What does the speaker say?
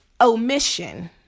omission